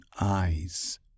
eyes